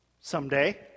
someday